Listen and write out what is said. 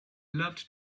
loved